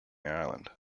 island